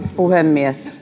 puhemies